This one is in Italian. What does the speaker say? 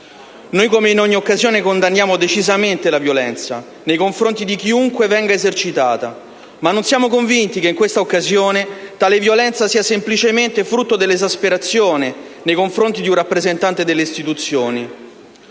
Noi, come in ogni occasione, condanniamo decisamente la violenza, nei confronti di chiunque venga esercitata, ma non siamo convinti che in questa occasione tale violenza sia semplicemente frutto dell'esasperazione nei confronti di un rappresentante delle istituzioni